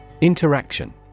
Interaction